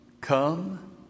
come